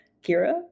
Kira